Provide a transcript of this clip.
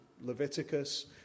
Leviticus